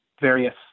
various